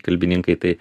kalbininkai tai